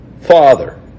Father